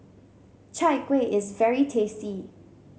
Chai Kueh is very tasty